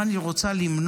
היא אמרה, אני רוצה למנוע,